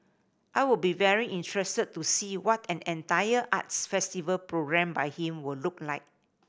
I would be very interested to see what an entire arts festival programmed by him would look like